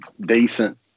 decent